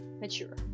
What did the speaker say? mature